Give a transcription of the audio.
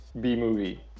B-movie